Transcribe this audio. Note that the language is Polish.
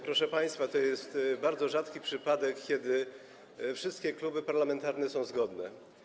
Proszę państwa, to jest bardzo rzadki przypadek, kiedy wszystkie kluby parlamentarne są zgodne.